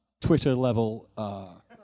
Twitter-level